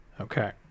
okay